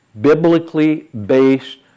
biblically-based